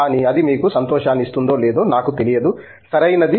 కానీ అది మీకు సంతోషాన్ని ఇస్తుందో లేదో నాకు తెలియదు సరియైనది